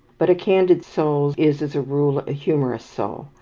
but a candid soul is, as a rule, a humorous soul,